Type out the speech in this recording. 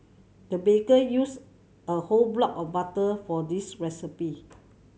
the baker used a whole block of butter for this recipe